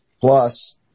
plus